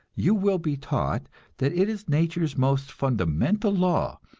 you will be taught that it is nature's most fundamental law,